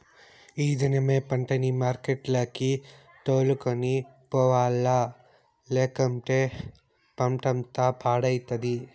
ఈ దినమే పంటని మార్కెట్లకి తోలుకొని పోవాల్ల, లేకంటే పంటంతా పాడైతది